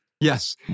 Yes